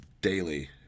daily